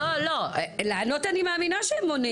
אני מאמינה שהם עונים.